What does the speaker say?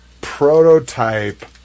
prototype